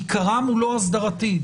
עיקרם אינו אסדרתי.